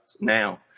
now